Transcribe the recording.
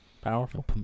powerful